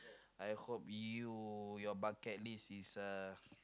I hope you your bucket list is a